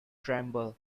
tremble